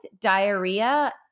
diarrhea